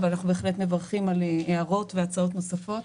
אבל אנחנו בהחלט מברכים על הערות והצעות נוספות,